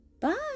bye